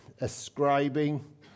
ascribing